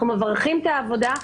אנחנו מברכים את העבודה,